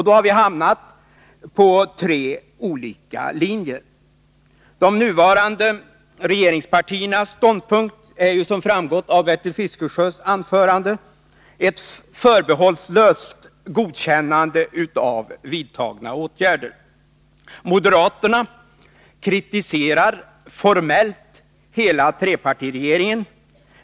Då har vi hamnat på tre olika linjer. De nuvarande regeringspartiernas ståndpunkt är, som framgått av Bertil Fiskesjös anförande, ett förbehållslöst godkännande av vidtagna åtgärder. Moderaterna kritiserar formellt hela trepartiregeringen.